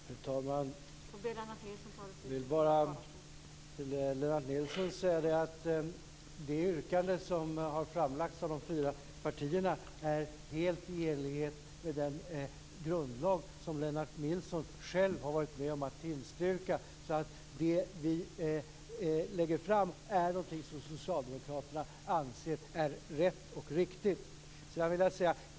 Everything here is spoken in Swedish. Fru talman! Jag vill bara till Lennart Nilsson säga att det yrkande som har framlagts av de fyra partierna är helt i enlighet med den grundlag som Lennart Nilsson själv har varit med om att fatta beslut om. Det som vi lägger fram är något som Socialdemokraterna anser är rätt och riktigt.